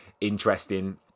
interesting